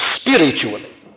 spiritually